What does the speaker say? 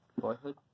Boyhood